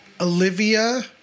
Olivia